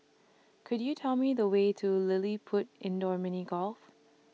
Could YOU Tell Me The Way to LilliPutt Indoor Mini Golf